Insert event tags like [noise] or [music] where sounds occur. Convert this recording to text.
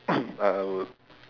[coughs] ah I would